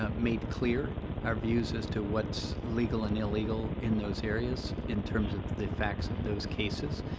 um made clear our views as to what's legal and illegal in those areas in terms of the facts of those cases,